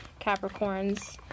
Capricorns